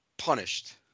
punished